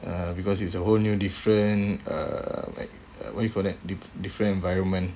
uh because it's a whole new different uh like uh what you call that dif~ different environment